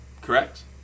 correct